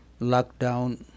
lockdown